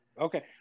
Okay